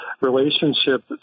relationship